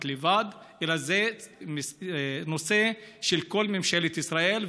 בלבד אלא זה נושא של כל ממשלת ישראל,